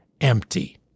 empty